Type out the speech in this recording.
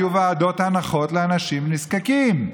היו ועדות הנחות לאנשים נזקקים.